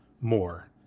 more